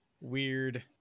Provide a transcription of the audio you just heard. weird